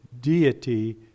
deity